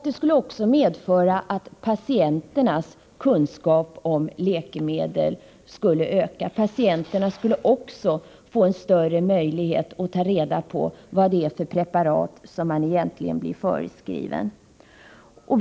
Det skulle också medföra att patienternas kunskap om läkemedel ökade — de skulle få större möjlighet att ta reda på vad det är för preparat som förskrivs dem.